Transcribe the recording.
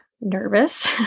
nervous